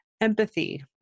empathy